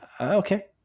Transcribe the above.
okay